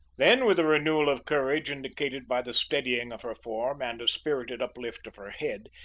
then, with a renewal of courage indicated by the steadying of her form and a spirited uplift of her head,